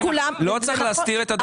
לא צריך להסתיר את הדבר הזה.